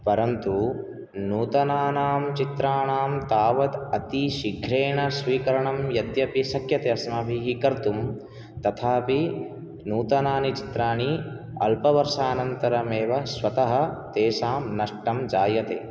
परन्तु नूतनानां चित्राणां तावत् अतिशीघ्रेण स्वीकरणं यद्यपि शक्यते अस्माभिः कर्तुं तथापि नूतनानि चित्राणि अल्पवर्षानन्तरमवे स्वतः तेषां नष्टं जायते